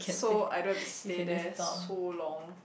so I don't have to stay there so long